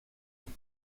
elle